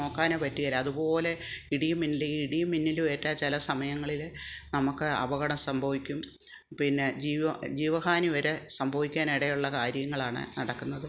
നോക്കാനോ പറ്റുകില്ല അതുപോലെ ഇടിയും മിന്നലും ഈ ഇടിയും മിന്നലും ഏറ്റാൽ ചില സമയങ്ങളിൽ നമുക്ക് അപകടം സംഭവിക്കും പിന്നെ ജീവ ജീവഹാനി വരെ സംഭവിക്കാൻ ഇടയുള്ള കാര്യങ്ങളാണ് നടക്കുന്നത്